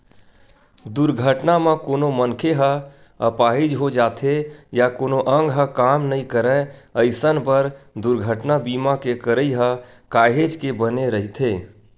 दुरघटना म कोनो मनखे ह अपाहिज हो जाथे या कोनो अंग ह काम नइ करय अइसन बर दुरघटना बीमा के करई ह काहेच के बने रहिथे